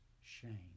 shame